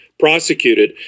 prosecuted